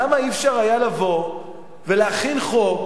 למה לא היה אפשר לבוא ולהכין חוק,